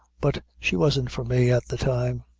but she wasn't for me at the time,